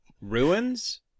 ruins